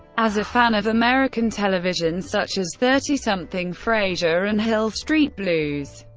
as a fan of american television such as thirtysomething, frasier and hill street blues,